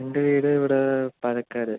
എൻ്റെ വീട് ഇവിടെ പാലക്കാട്